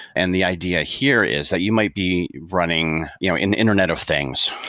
and the idea here is that you might be running you know in internet of things,